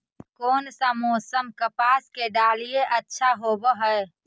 कोन सा मोसम कपास के डालीय अच्छा होबहय?